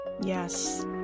Yes